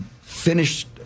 finished